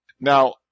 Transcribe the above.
Now